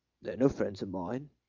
they're no friends of mine,